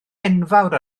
enfawr